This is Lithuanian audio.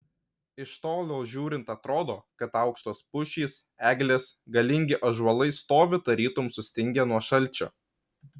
iš tolo žiūrint atrodo kad aukštos pušys eglės galingi ąžuolai stovi tarytum sustingę nuo šalčio